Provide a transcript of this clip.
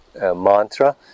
mantra